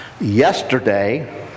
Yesterday